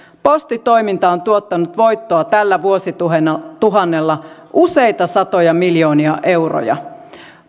postitoiminta on tuottanut voittoa tällä vuosituhannella useita satoja miljoonia euroja